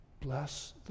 Bless